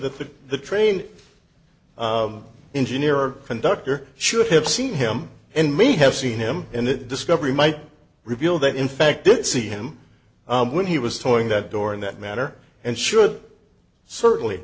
the the train engineer or conductor should have seen him and me have seen him in the discovery might reveal that in fact didn't see him when he was towing that door in that manner and should certainly